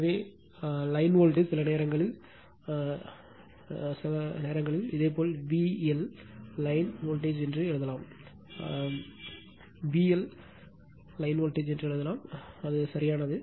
எனவே line voltage சில நேரங்களில் VL சில சமயங்களில் இதேபோல் V L line line voltage எழுதலாம் அவர்கள் வி எல்எல் லைன் வோல்டேஜ்ற்கு எழுதலாம் அது சரியானது